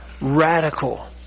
radical